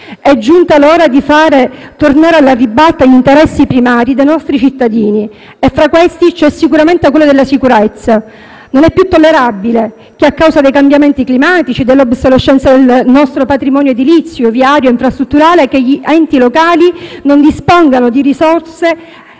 È giunta l'ora di far tornare alla ribalta gli interessi primari dei nostri cittadini e fra questi c'è sicuramente quello della sicurezza. Non è più tollerabile che, a causa dei cambiamenti climatici e dell'obsolescenza del nostro patrimonio edilizio, viario e infrastrutturale, gli enti locali non dispongano di risorse